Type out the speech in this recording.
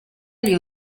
gli